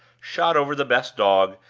shot over the best dog,